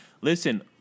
listen